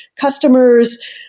customers